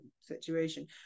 situation